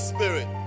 Spirit